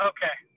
Okay